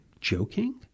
joking